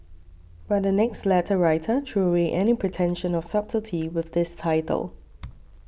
but the next letter writer threw away any pretension of subtlety with this title